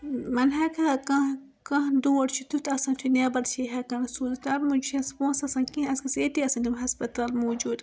وۅنۍ ہیٚکہِ ہَے کانٛہہ کانٛہہ دود چھُ تٮُ۪تھ آسان یہِ چھُنہٕ نٮ۪بٕر چھِ ہٮ۪کان سوٗزِتھ تَمہِ موٗجوٗب چھِنہٕ پۅنٛسہٕ آسان کیٚنٛہہ اَسہِ گَژھِ ییٚتی آسٕنۍ تِم ہَسپَتال موٗجوٗد